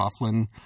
Coughlin